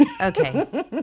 okay